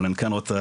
אבל אני כן רוצה,